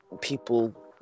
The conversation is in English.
people